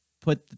put